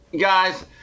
Guys